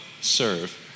serve